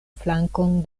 flankon